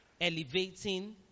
elevating